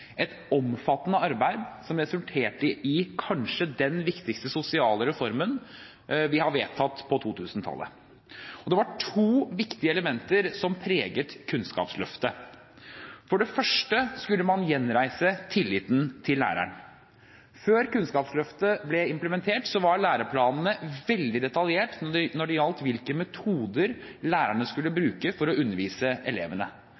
et omfattende arbeid som resulterte i kanskje den viktigste sosiale reformen vi har vedtatt på 2000-tallet. Det var to viktige elementer som preget Kunnskapsløftet. For det første skulle man gjenreise tilliten til læreren. Før Kunnskapsløftet ble implementert, var læreplanene veldig detaljerte når det gjaldt hvilke metoder lærerne skulle bruke for å undervise elevene. Det som ikke var spesielt detaljert i læreplanene, var hva elevene